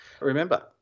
Remember